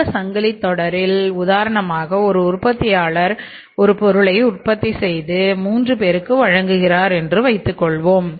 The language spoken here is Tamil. இந்த சங்கிலித் தொடரில் உதாரணமாக ஒரு உற்பத்தியாளர் ஒரு பொருளை உற்பத்தி செய்து மூன்று பேருக்கு வழங்குகிறார் என்று வைத்துக் கொள்வோம்